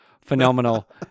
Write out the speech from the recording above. phenomenal